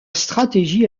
stratégie